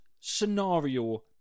scenario